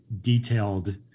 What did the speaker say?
detailed